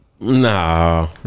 Nah